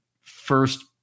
first